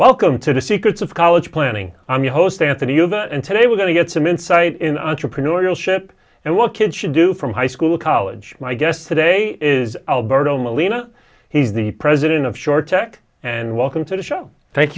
welcome to the secrets of college planning i'm your host anthony and today we're going to get some insight in entrepreneurial ship and what kids should do from high school college my guest today is alberto molina he's the president of shore tech and welcome to the show thank